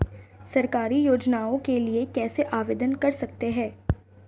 सरकारी योजनाओं के लिए कैसे आवेदन कर सकते हैं?